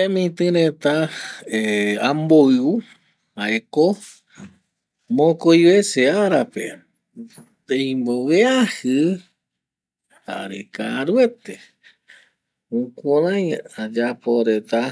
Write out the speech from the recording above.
Temiti reta ˂hesitation˃ amboui jaeko mokoi vese arape ndeimbonviaji jare karuete jukurei ayapo reta